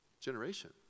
generation